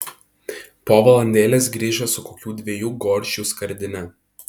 po valandėlės grįžo su kokių dviejų gorčių skardine